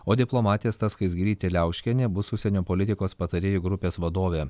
o diplomatė asta skaisgirytė liauškienė bus užsienio politikos patarėjų grupės vadovė